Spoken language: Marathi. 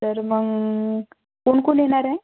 तर मग कोण कोण येणार आहे